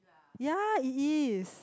ya it is